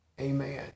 amen